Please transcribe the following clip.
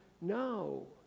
No